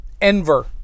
Enver